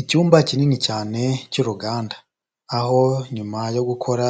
Icyumba kinini cyane cy'uruganda, aho nyuma yo gukora